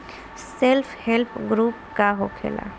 Self help group का होखेला?